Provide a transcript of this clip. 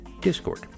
Discord